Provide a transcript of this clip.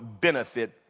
benefit